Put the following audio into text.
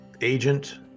agent